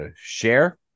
share